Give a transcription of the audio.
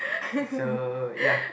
so ya